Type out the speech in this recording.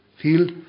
field